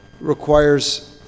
requires